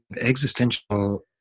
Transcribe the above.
existential